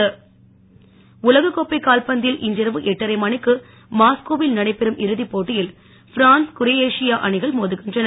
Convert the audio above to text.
டலக கோப்பை கால்பந்தில் இன்றிரவு எட்டரை மணிக்கு மாஸ்கோவில் நடைபெறும் இறுதிப்போட்டியில் பிரான்ஸ் குரோயேஷியா அணிகன் மோ துகின்றன